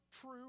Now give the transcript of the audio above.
true